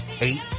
eight